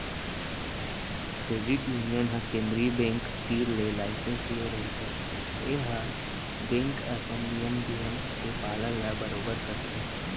credit union ह केंद्रीय bank तीर ले लाइसेंस ले रहिथे ए ह बेंक असन नियम धियम के पालन ल बरोबर करथे